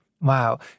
Wow